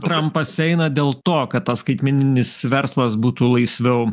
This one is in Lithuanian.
trampas eina dėl to kad tas skaitmeninis verslas būtų laisviau